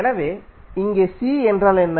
எனவே இங்கே C என்றால் என்ன